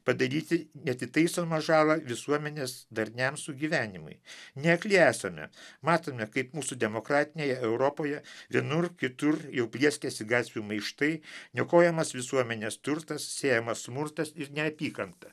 padaryti neatitaisomą žalą visuomenės darniam sugyvenimui ne akli esame matome kaip mūsų demokratinėje europoje vienur kitur jau plieskiasi gatvių maištai niokojamas visuomenės turtas siejamas smurtas ir neapykanta